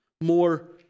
more